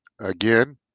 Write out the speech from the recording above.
Again